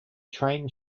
train